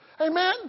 Amen